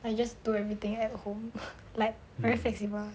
I just do everything at home like very flexible